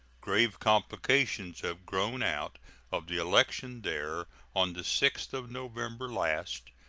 grave complications have grown out of the election there on the sixth of november last,